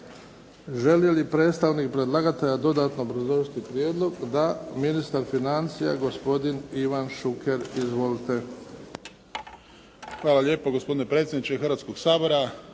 Želi li predstavnik predlagatelja dodatno obrazložiti prijedlog? Da. Ministar financija, gospodin Ivan Šuker. Izvolite. **Šuker, Ivan (HDZ)** Hvala lijepo gospodine predsjedniče Hrvatskoga sabora.